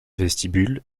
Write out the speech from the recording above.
vestibule